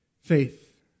faith